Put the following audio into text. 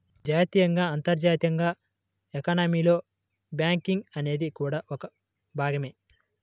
జాతీయంగా, అంతర్జాతీయంగా ఎకానమీలో బ్యాంకింగ్ అనేది కూడా ఒక భాగమే